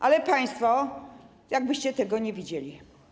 Ale państwo jakbyście tego nie widzieli.